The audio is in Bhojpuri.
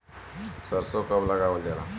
सरसो कब लगावल जाला?